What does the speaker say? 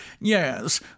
yes